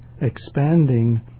expanding